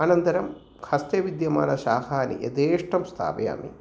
अनन्तरं हस्ते विद्यमानानि शाखानि यथेष्टं स्थापयामि